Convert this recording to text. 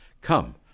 Come